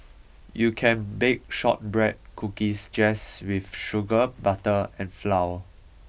you can bake shortbread cookies just with sugar butter and flour